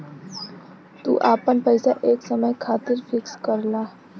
तू आपन पइसा एक समय खातिर फिक्स करला